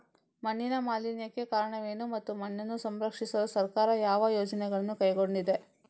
ಮಣ್ಣಿನ ಮಾಲಿನ್ಯಕ್ಕೆ ಕಾರಣವೇನು ಮತ್ತು ಮಣ್ಣನ್ನು ಸಂರಕ್ಷಿಸಲು ಸರ್ಕಾರ ಯಾವ ಯೋಜನೆಗಳನ್ನು ಕೈಗೊಂಡಿದೆ?